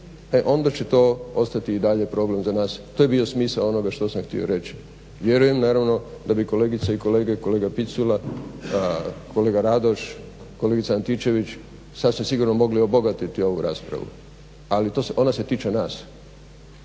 e onda će to ostati i dalje problem za nas. To je bio smisao onoga što sam htio reći. Vjerujem naravno da bi kolegice i kolege, kolega Picula, kolega Radoš, kolegica Antičević sasvim sigurno mogle obogatiti ovu raspravu ali ona se tiče nas,